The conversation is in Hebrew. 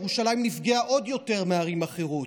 ירושלים נפגעה עוד יותר מערים אחרות.